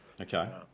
Okay